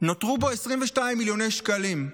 נותרו בו 22 מיליוני שקלים.